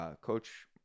coach